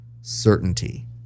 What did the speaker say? certainty